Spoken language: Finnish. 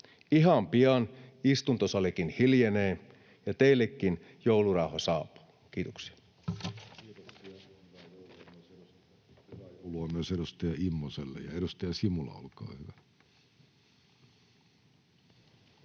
Ihan pian istuntosalikin hiljenee ja teillekin joulurauha saapuu. — Kiitoksia.